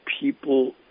people